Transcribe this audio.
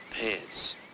pants